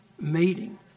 meeting